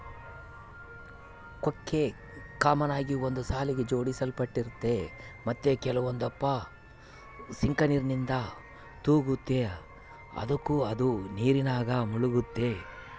ಕೊಕ್ಕೆ ಕಾಮನ್ ಆಗಿ ಒಂದು ಸಾಲಿಗೆ ಜೋಡಿಸಲ್ಪಟ್ಟಿರ್ತತೆ ಮತ್ತೆ ಕೆಲವೊಂದಪ್ಪ ಸಿಂಕರ್ನಿಂದ ತೂಗ್ತತೆ ಅದುಕ ಅದು ನೀರಿನಾಗ ಮುಳುಗ್ತತೆ